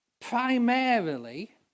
primarily